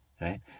right